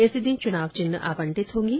इसी दिन चुनाव चिन्ह आवंटित होंगे